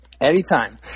Anytime